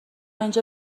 اینجا